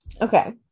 okay